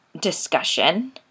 discussion